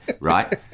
right